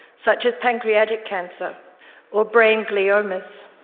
such as pancreatic cancer or brain gliomas.